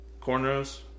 cornrows